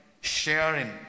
sharing